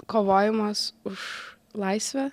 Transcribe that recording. kovojimas už laisvę